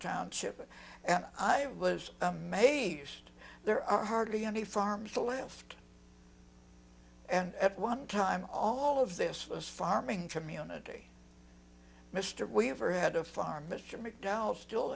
township and i was amazed there are hardly any farms the left and at one time all of this was farming community mr weaver had a farm mr mcdowell still